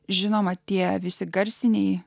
žinoma tie visi garsiniai